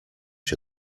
się